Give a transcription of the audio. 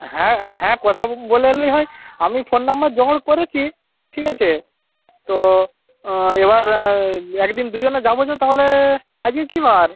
হ্যাঁ হ্যাঁ হ্যাঁ কথা বলে এলেই হয় আমি ফোন নম্বর জোগাড় করেছি ঠিক আছে তো এবার একদিন দুজনে যাবো চ তো তাহলে আজকে কী বার